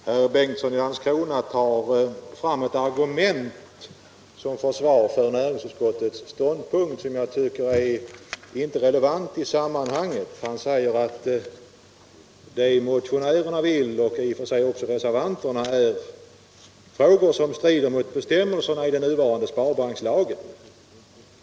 Herr talman! Herr Bengtsson i Landskrona använder ett argument som försvar för näringsutskottets ståndpunkt vilket jag inte tycker är relevant i sammanhanget. Han säger att det som motionärerna — och i och för sig också reservanten — vill strider mot bestämmelserna i den nuvarande sparbankslagen.